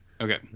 Okay